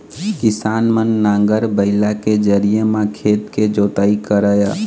किसान मन नांगर, बइला के जरिए म खेत के जोतई करय